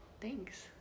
thanks